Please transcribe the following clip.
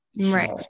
Right